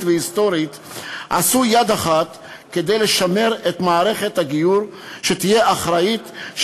והיסטורית עשו יד אחת כדי לשמר את מערכת הגיור שתהיה אחראית,